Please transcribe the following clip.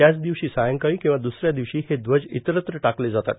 त्याच दिवशी सायंकाळी किंवा द्सऱ्या दिवशी हे ध्वज इतरत्र टाकले जातात